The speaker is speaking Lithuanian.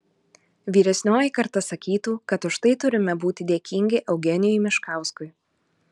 vyresnioji karta sakytų kad už tai turime būti dėkingi eugenijui meškauskui